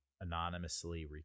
anonymously